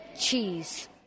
cheese